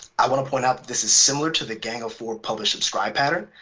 i want to point out that this is similar to the gang of four publish-subscribe pattern.